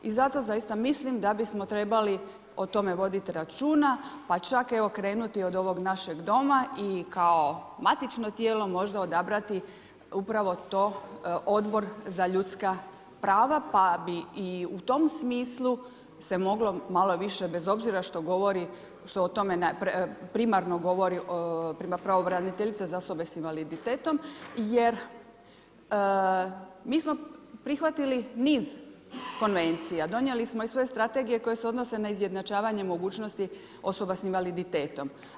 I zato zaista mislim, da bismo trebali o tome voditi računa, pa čak, evo krenuti od ovog našeg doma i kao matično tijelo možda odabrati upravo to Odbor za ljudska prava, pa bi i u tom smislu se moglo malo više, bez obzira što govori što o tome primarno govori pravobraniteljica za osobe s invaliditetom, jer mi smo prihvatili niz konvencija, donijeli smo i svoje strategije koje se odnose na izjednačavanje mogućnosti osoba s invaliditetom.